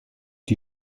die